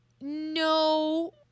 No